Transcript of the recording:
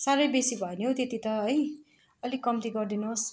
साह्रै बेसी भयो नि हौ त्यति त है अलिक कम्ती गरिदिनुहोस्